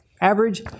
Average